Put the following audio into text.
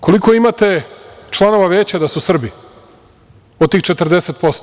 Koliko imate članova Veća da su Srbi, od tih 40%